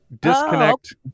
disconnect